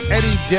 Eddie